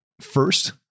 First